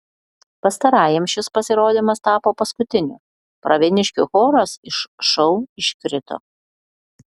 pastarajam šis pasirodymas tapo paskutiniu pravieniškių choras iš šou iškrito